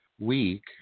week